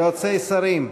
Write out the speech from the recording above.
יועצי שרים.